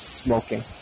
smoking